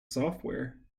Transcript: software